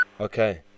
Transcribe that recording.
Okay